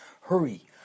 Hurry